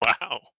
Wow